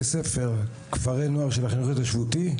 ספר כפרי נוער של החינוך ההתיישבותי,